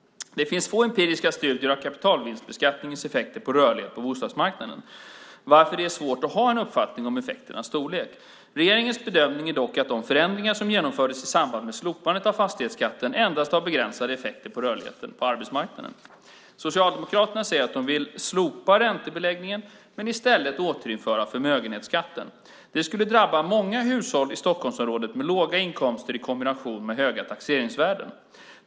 Det finns få empiriska studier av kapitalvinstbeskattningens effekter på rörligheten på bostadsmarknaden varför det är svårt att ha en uppfattning av effekternas storlek. Regeringens bedömning är dock att de förändringar som genomfördes i samband med slopandet av fastighetsskatten endast har begränsade effekter på rörligheten på bostadsmarknaden. Socialdemokraterna säger att de vill slopa räntebeläggningen men i stället återinföra förmögenhetsskatten. Detta skulle drabba många hushåll i Stockholmsområdet med låga inkomster i kombination med höga taxeringsvärden.